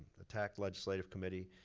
tacc legislative committee